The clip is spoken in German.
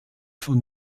von